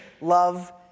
love